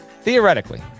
Theoretically